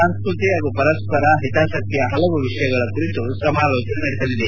ಸಂಸ್ಕೃತಿ ಹಾಗೂ ಪರಸ್ವರ ಹಿತಾಸಕ್ತಿಯ ಹಲವು ವಿಷಯಗಳ ಕುರಿತು ಸಮಾಲೋಚನೆ ನಡೆಸಲಿದೆ